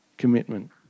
commitment